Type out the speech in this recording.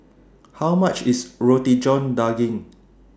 How much IS Roti John Daging